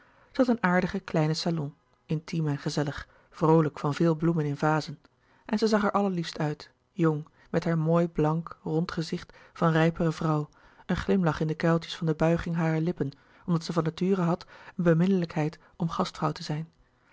had een aardigen kleinen salon intiem en gezellig vroolijk van veel bloemen in vazen en zij zag er allerliefst uit jong met haar mooi blank rond gezicht van rijpere vrouw een glimlach in de kuiltjes van de buiging harer lippen omdat zij van nature had een beminnelijkheid om gastvrouw te zijn